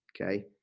Okay